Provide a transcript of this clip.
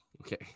Okay